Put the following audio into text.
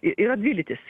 i yra dvi lytys